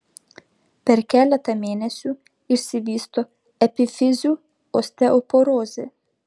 per keletą mėnesių išsivysto epifizių osteoporozė